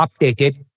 updated